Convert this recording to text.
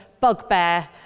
bugbear